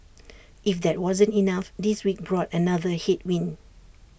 if that wasn't enough this week brought another headwind